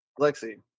lexi